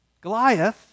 Goliath